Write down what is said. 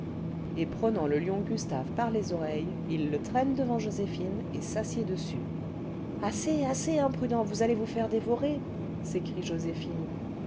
et prenant le lion gustave par les oreilles il le traîne devant joséphine et s'assied dessus assez assez imprudent vous allez vous faire dévorer s'écrie joséphine